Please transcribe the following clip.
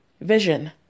vision